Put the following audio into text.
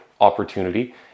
opportunity